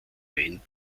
wein